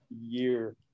year